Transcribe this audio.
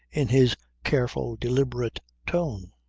in his careful deliberate tone.